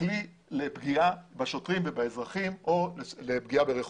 לפגיעה בשוטרים ובאזרחים או פגיעה ברכוש.